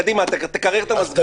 קדימה, תקרר את המזגן.